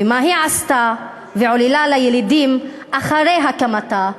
ומה היא עשתה ועוללה לילידים אחרי הקמתה,